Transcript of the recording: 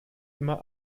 immer